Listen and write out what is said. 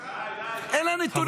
--- די, די, תקשיב.